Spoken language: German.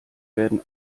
werden